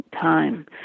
time